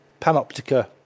panoptica